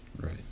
right